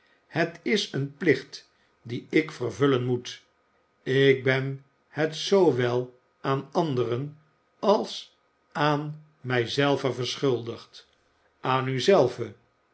het is een plicht dien ik vervullen moet ik ben het zoo wel aan anderen als aan mij zelve verschuldigd aan u zelve